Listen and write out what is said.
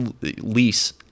lease